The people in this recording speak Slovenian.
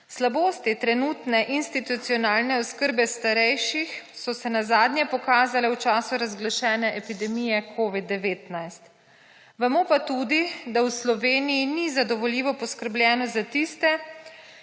Slabosti trenutne institucionalne oskrbe starejših so se na zadnje pokazale v času razglašene epidemije Covid-19 vemo pa tudi, da v Sloveniji ni zadovoljivo poskrbljeno za tiste,